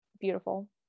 Beautiful